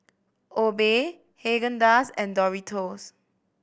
Obey Haagen Dazs and Doritos